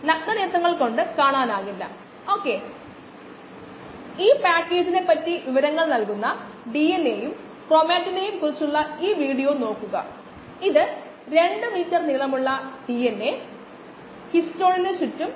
അവ സ്കാറ്റർഡ് ആയി കിടക്കുന്നു പ്രകാശം സ്കാറ്റർഡ് ആവാത്തതിന്റെ അളക്കുന്ന ഡിറ്റക്ടറിലേക്ക് അയയ്ക്കുന്നു അതിനാൽ അത് അളക്കുകയും സ്കാറ്റർഡ് ആയ പ്രകാശത്തിന്റെ വ്യാപ്തി ലഭിക്കുന്നതിന് ഇൻകമിംഗ് ലൈറ്റുമായി ബന്ധപ്പെടുകയും ചെയ്യുന്നു